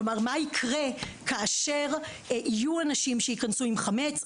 כלומר מה יקרה כאשר יהיו אנשים שייכנסו עם חמץ,